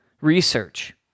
research